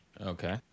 Okay